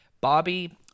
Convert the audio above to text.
Bobby